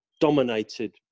dominated